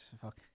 Fuck